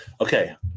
okay